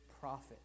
prophet